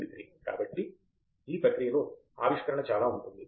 degree కాబట్టి ఈ ప్రక్రియలో ఆవిష్కరణ చాలా ఉంటుంది